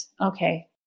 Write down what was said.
Okay